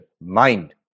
mind